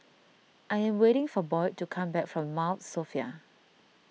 I am waiting for Boyd to come back from Mount Sophia